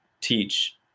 teach